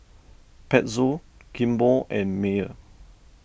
Pezzo Kimball and Mayer